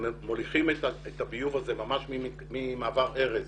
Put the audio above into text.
מוליכים את הביוב הזה ממש ממעבר ארז